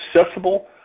accessible